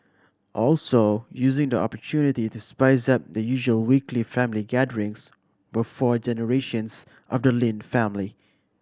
also using the opportunity to spice up the usual weekly family gatherings were four generations of the Lin family